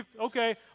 Okay